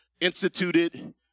instituted